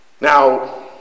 Now